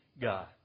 God